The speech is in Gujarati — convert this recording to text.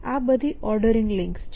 આ બધી ઓર્ડરિંગ લિંક્સ છે